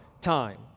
time